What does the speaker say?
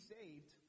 saved